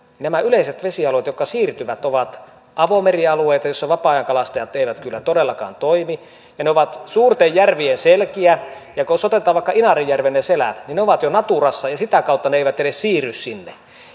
nämä yleiset vesialueet jotka siirtyvät ovat avomerialueita joissa vapaa ajankalastajat eivät kyllä todellakaan toimi ja ne ovat suurten järvien selkiä jos otetaan vaikka inarijärven selät niin ne ovat jo naturassa ja sitä kautta ne eivät edes siirry sinne